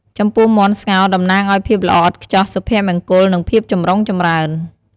ចំពោះមាន់ស្ងោរ តំណាងឱ្យភាពល្អឥតខ្ចោះ សុភមង្គល និងភាពចម្រុងចម្រើន ។